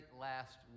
last